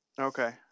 Okay